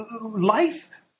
Life